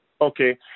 Okay